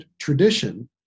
tradition